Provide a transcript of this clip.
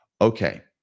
Okay